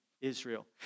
Israel